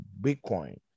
Bitcoin